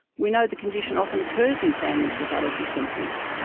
we know the condition often occurs in families with allergy symptoms,